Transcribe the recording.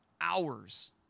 hours